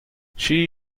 she